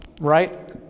right